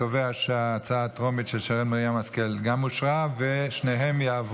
ההצעה להעביר את הצעת החוק לתיקון פקודת המועצות